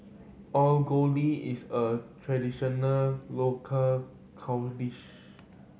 Alu is a traditional local